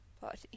party